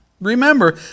Remember